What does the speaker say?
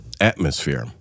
atmosphere